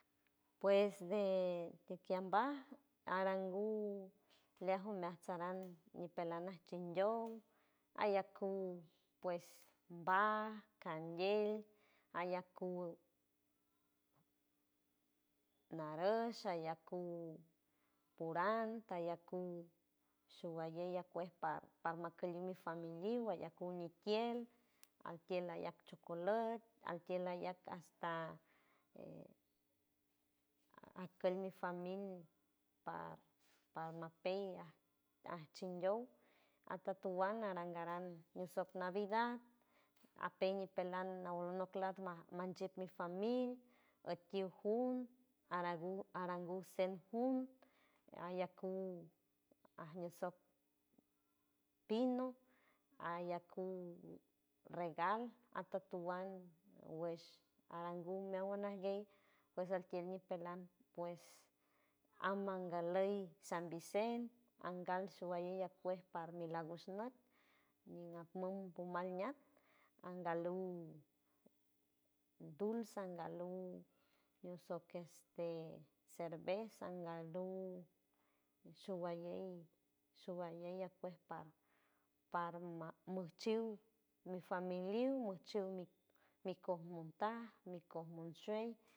Pues de que ambaj arangu leaj omeaj saran ñipelan ajchenllow, ayacuw pues mbaj, kandiel, ayakuw narush, ayakuw puran, ayakuw showalley akuej par parmakult liw mi familiw allakuw nitiel altiel ayac chocolot altiel ayac hasta e ajkult mi famil pa pamapey ajchin llow atatuan aran garan ñisock navida apey ñipelan olonok lad ma- manchiek mi famil odtiw jun arangu aranguw cen jun ayaku ajñe sock pino, ayaku regal, atatuan wesh arangu meawan ajguey pues altiel ñipelan pues amangaley san vicen, angal showalley akuej par mi lagush not ñiatmum umal ñat angaluw duls, angaluw ñosot este cerveza, angaluw showalley showalley akuej parma parma mojchiw mi familiw mojchij mi kos montaj mi koj monshuey.